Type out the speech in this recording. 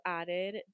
added